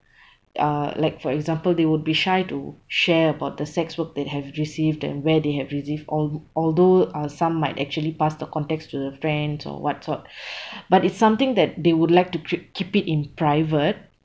uh like for example they would be shy to share about the sex work they have receive and where they have receive or although uh some might actually pass the contacts to the friends or what sort but is something that they would like to ke~ keep it in private